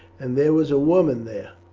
and there was a woman there!